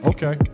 Okay